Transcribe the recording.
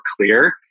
clear